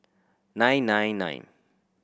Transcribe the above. nine nine nine